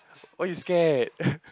why you scared